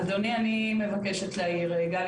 אדוני אני מבקשת להעיר רגע,